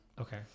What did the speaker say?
Okay